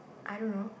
I don't know